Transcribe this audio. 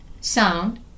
sound